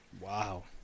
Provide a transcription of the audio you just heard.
Wow